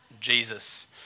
Jesus